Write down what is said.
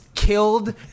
killed